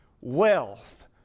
wealth